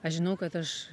aš žinau kad aš